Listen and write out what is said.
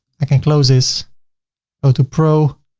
i can close this, i go to pro,